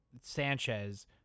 Sanchez